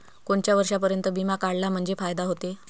कोनच्या वर्षापर्यंत बिमा काढला म्हंजे फायदा व्हते?